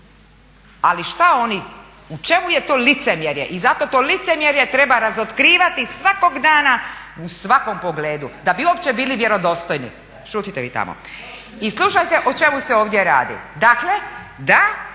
ali šta oni, u čemu je to licemjerje i zato to licemjerje treba razotkrivati svakog dana u svakom pogledu da bi uopće bili vjerodostojni. Šutite vi tamo. I slušajte o čemu se ovdje radi, dakle da